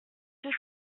deux